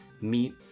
meet